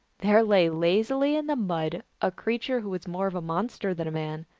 there lay lazily in the mud a creature who was more of a monster than a man,